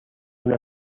una